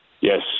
Yes